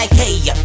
hey